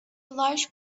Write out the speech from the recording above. large